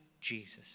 Jesus